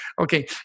Okay